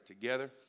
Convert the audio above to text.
together